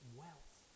wealth